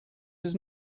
does